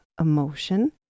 emotion